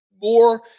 more